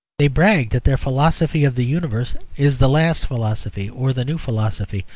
they brag that their philosophy of the universe is the last philosophy or the new philosophy,